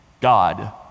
God